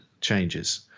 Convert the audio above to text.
changes